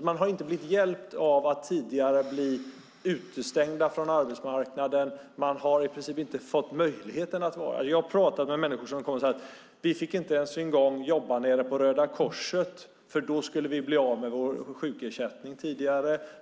De har inte blivit hjälpta av att ha varit utestängda från arbetsmarknaden. De har i princip inte fått möjlighet att vara med. Jag har talat med människor som sagt att de tidigare inte ens fick jobba på Röda Korset för då skulle de bli av med sin sjukersättning.